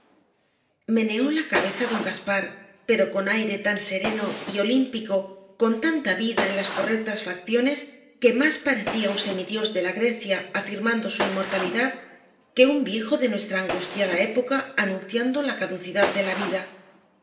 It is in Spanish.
meneó la cabeza don gaspar pero con aire tan sereno y olímpico con tanta vida en las correctas facciones que más parecía un semidiós de la grecia afirmando su inmortalidad que un viejo de nuestra angustiada época anunciando la caducidad de la vida